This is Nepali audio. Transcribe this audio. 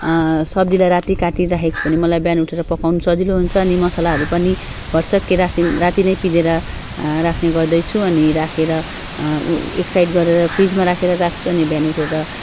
सब्जीलाई राति काटिराखेको छु भने मलाई बिहान उठेर पकाउन सजिलो हुन्छ अनि मसालाहरू पनि भरसक रासि राति नै पिनेर राख्ने गर्दैछु अनि राखेर एक साइड गरेर फ्रिजमा राखेर राख्छु अनि बिहान उठेर